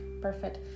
perfect